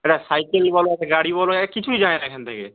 এটা সাইকেল বলো একটা গাড়ি বলো এ কিছুই যায় না এখান থেকে